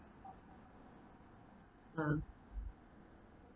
ah